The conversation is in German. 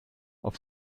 auf